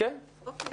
אוקיי.